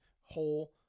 whole